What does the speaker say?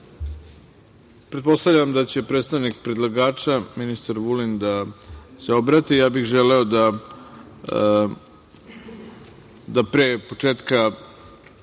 migranata. Pretpostavljam da će predstavnik predlagača, ministar Vulin, da se obrati. Ja bih želeo da pre početka